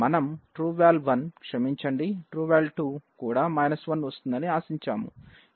మనం trueVal1 క్షమించండి trueVal2 కూడా 1 వస్తుందని ఆశించాము